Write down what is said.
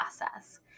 process